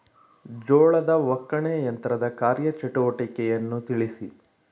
ಜೋಳದ ಒಕ್ಕಣೆ ಯಂತ್ರದ ಕಾರ್ಯ ಚಟುವಟಿಕೆಯನ್ನು ತಿಳಿಸಿ?